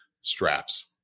straps